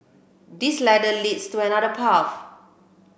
this ladder leads to another path